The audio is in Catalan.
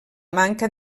manca